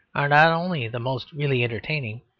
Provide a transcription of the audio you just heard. are not only the most really entertaining,